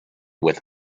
with